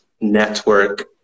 network